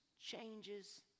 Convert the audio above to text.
changes